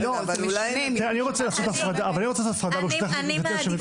אני רוצה לעשות הפרדה, ברשותך, גברתי יושבת הראש.